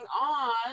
on